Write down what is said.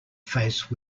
face